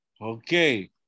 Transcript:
Okay